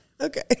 Okay